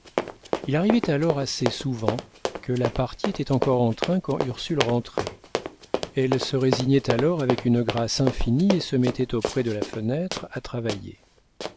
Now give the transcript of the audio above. il arrivait alors assez souvent que la partie était encore en train quand ursule rentrait elle se résignait alors avec une grâce infinie et se mettait auprès de la fenêtre à travailler